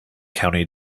county